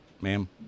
ma'am